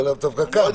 זה נכון,